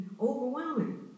overwhelming